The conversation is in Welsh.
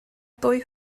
dwy